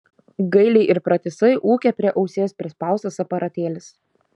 gailiai ir pratisai ūkia prie ausies prispaustas aparatėlis